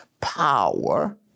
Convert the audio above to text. power